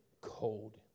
cold